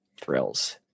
thrills